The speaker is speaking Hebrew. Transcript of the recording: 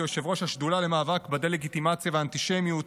כיושב-ראש השדולה למאבק בדה-לגיטימציה והאנטישמיות,